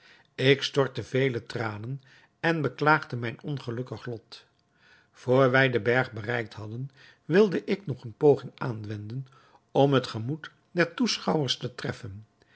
ik stortte vele tranen en beklaagde mijn ongelukkig lot vr wij den berg bereikt hadden wilde ik nog eene poging aanwenden om het gemoed der toeschouwers te treffen